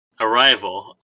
Arrival